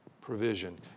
provision